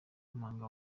wanga